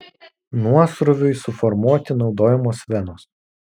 nuosrūviui suformuoti naudojamos venos